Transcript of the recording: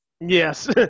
Yes